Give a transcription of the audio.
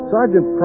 Sergeant